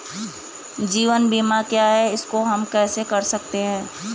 जीवन बीमा क्या है इसको हम कैसे कर सकते हैं?